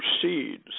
proceeds